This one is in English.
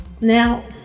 now